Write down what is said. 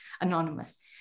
anonymous